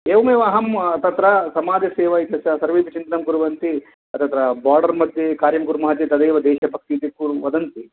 एवमेव अहं तत्र समाजसेवा इत्यस्य सर्वेऽपि चिन्तनं कुर्वन्ति तत्र बोर्डर् मध्ये कार्यं कुर्मः चेत् तदेव देशभक्ति इति पूर्वं वदन्ति